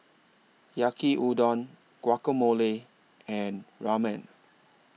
Yaki Udon Guacamole and Ramen